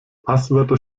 passwörter